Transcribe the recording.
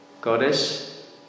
Goddess